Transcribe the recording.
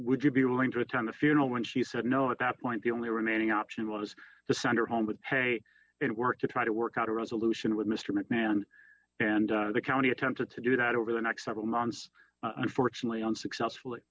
would you be willing to attend the funeral when she said no at that point the only remaining option was to send her home with pay it work to try to work out a resolution with mr mcmahon and the county attempted to do that over the next several months unfortunately unsuccessfully